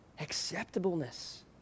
acceptableness